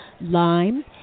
Lime